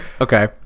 Okay